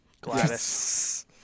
Gladys